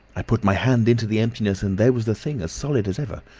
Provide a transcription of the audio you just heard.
i put my hand into the emptiness, and there was the thing as solid as ever.